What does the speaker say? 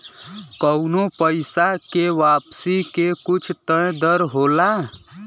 कउनो पइसा के वापसी के कुछ तय दर होला